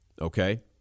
okay